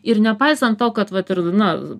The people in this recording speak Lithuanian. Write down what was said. ir nepaisant to kad vat ir na